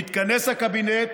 יתכנס הקבינט